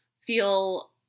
feel